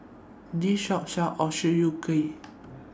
This Shop sells Ochazuke